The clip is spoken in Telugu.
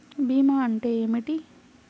భీమా అంటే ఏమిటి?